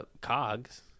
cogs